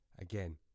Again